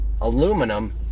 aluminum